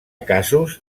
casos